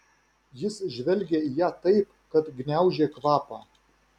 jis žvelgė į ją taip kad gniaužė kvapą